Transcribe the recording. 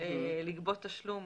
לגבות תשלום